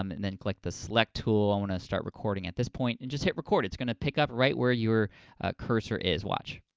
um and then click the select tool, i want to start recording at this point, and just hit record. it's gonna pick up right where you cursor is, watch.